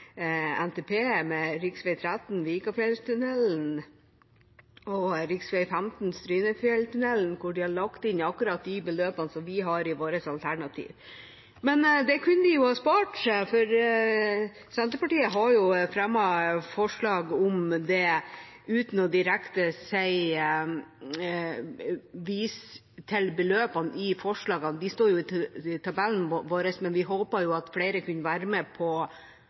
NTP, med rv. 13 Vikafjellstunnelen og rv. 15 Strynefjellstunnelen, hvor de har lagt inn akkurat de beløpene som vi har i vårt alternativ. Men det kunne de spart seg, for Senterpartiet har fremmet forslag om det uten direkte å vise til beløpene i forslagene. De står jo i tabellen vår, og vi hadde håpet at flere kunne være med